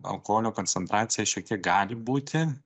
alkoholio koncentracija šiek tiek gali būti